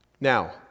Now